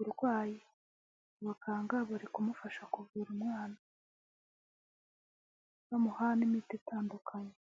urwaye abaganga bari kumufasha ku kuvura umwana bamuha n'imiti itandukanye.